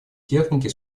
техники